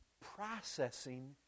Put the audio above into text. processing